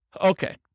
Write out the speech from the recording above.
Okay